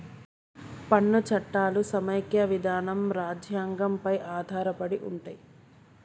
పన్ను చట్టాలు సమైక్య విధానం రాజ్యాంగం పై ఆధారపడి ఉంటయ్